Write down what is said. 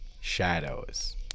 shadows